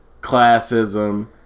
classism